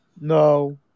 No